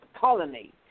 colony